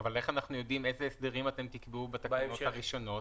אבל איך אנחנו יודעים איזה הסדרים אתם תקבעו בתקנות הראשונות?